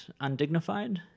undignified